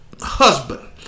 husband